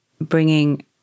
bringing